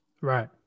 right